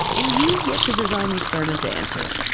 and you get to design the experiment to answer it.